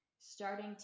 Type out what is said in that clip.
starting